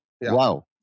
Wow